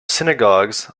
synagogues